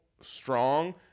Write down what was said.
strong